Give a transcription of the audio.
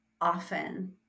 often